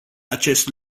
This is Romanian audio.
acest